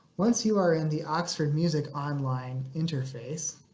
once you are in the oxford music online interface,